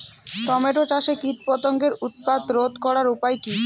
Tomato চাষে কীটপতঙ্গের উৎপাত রোধ করার উপায় কী?